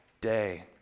day